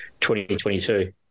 2022